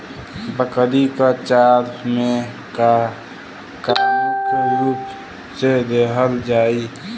बकरी क चारा में का का मुख्य रूप से देहल जाई?